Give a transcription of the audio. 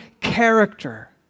character